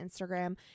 Instagram